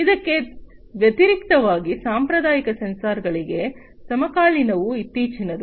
ಇದಕ್ಕೆ ವ್ಯತಿರಿಕ್ತವಾಗಿ ಸಾಂಪ್ರದಾಯಿಕ ಸೆನ್ಸಾರ್ಗಳಿಗೆ ಸಮಕಾಲೀನವು ಇತ್ತೀಚಿನದು